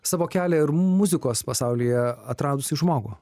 savo kelią ir muzikos pasaulyje atradusį žmogų